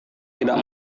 tidak